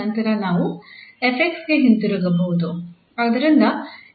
ನಂತರ ನಾವು 𝑓 𝑥 ಗೆ ಹಿಂತಿರುಗಬಹುದು